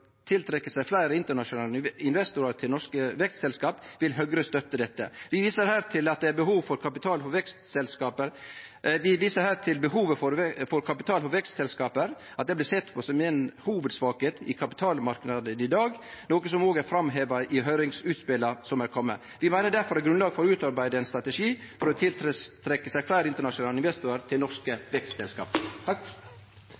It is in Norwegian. tiltrekke seg fleire internasjonale investorar til norske vekstselskap», vil Høgre støtte det. Vi viser her til behovet for kapital for vekstselskap, og at det blir sett på som ei hovudsvakheit i kapitalmarknaden i dag, noko som òg er blitt framheva i høyringsutspela som er komne inn. Vi meiner difor at det er grunnlag for å utarbeide ein strategi for å tiltrekkje seg fleire internasjonale investorar til